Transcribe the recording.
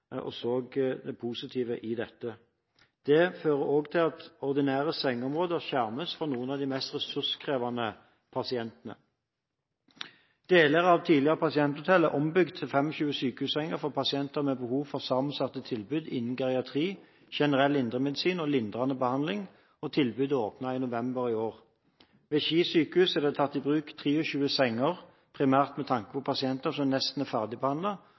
det positive ved den. Det fører også til at ordinære sengeområder skjermes for noen av de mest ressurskrevende pasientene. Deler av det tidligere pasienthotellet er ombygd til 25 sykehussenger for pasienter med behov for sammensatte tilbud innen geriatri, generell indremedisin og lindrende behandling. Tilbudet åpnet i november i år. Ved Ski sykehus er det tatt i bruk 23 senger, primært med tanke på pasienter som nesten er